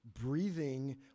breathing